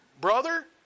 brother